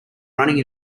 running